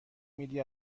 میدی